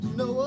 no